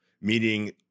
meaning